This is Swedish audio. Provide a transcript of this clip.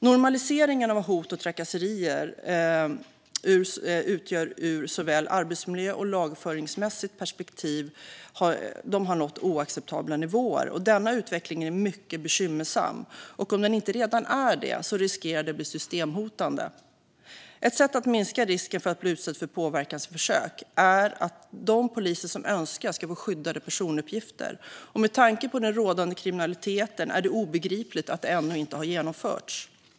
Normaliseringen av hot och trakasserier ur såväl arbetsmiljöperspektiv som lagföringsmässigt perspektiv har nått en oacceptabel nivå. Denna utveckling är mycket bekymmersam och riskerar, om den inte redan är det, att bli systemhotande. Ett sätt att minska risken för att bli utsatt för påverkansförsök är att de poliser som önskar ska få skyddade personuppgifter. Med tanke på den rådande kriminaliteten är det obegripligt att detta ännu inte har genomförts.